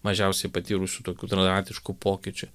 mažiausiai patyrusių tokių dramatiškų pokyčių